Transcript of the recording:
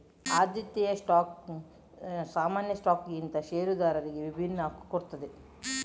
ಆದ್ಯತೆಯ ಸ್ಟಾಕ್ ಸಾಮಾನ್ಯ ಸ್ಟಾಕ್ಗಿಂತ ಷೇರುದಾರರಿಗೆ ವಿಭಿನ್ನ ಹಕ್ಕು ಕೊಡ್ತದೆ